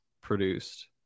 produced